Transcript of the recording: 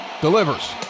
delivers